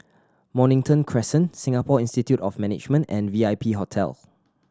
Mornington Crescent Singapore Institute of Management and V I P Hotel